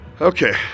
Okay